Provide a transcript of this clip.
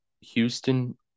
Houston